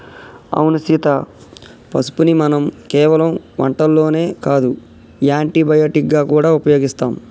అవును సీత పసుపుని మనం కేవలం వంటల్లోనే కాదు యాంటీ బయటిక్ గా గూడా ఉపయోగిస్తాం